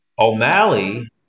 O'Malley